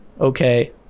okay